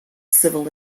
civil